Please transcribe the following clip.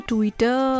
Twitter